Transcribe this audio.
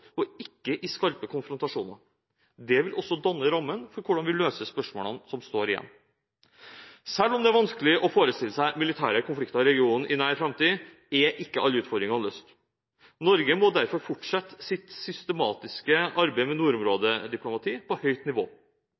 ikke i skarpe konfrontasjoner. Det vil også danne rammen for hvordan vi løser de spørsmålene som står igjen. Selv om det er vanskelig å forestille seg militære konflikter i regionen i nær framtid, er ikke alle utfordringer løst. Norge må derfor fortsette sitt systematiske arbeid med nordområdediplomati på høyt nivå.